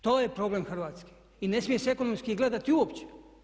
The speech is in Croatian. To je problem Hrvatske i ne smije se ekonomski gledati uopće.